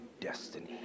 destiny